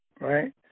right